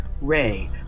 ray